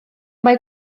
mae